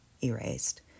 erased